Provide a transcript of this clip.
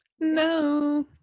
No